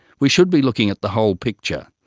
we should be looking at the whole picture,